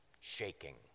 shaking